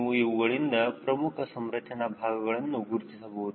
ನೀವು ಇವುಗಳಿಂದ ಪ್ರಮುಖ ಸಂರಚನಾ ಭಾಗಗಳನ್ನು ಗುರುತಿಸಬಹುದು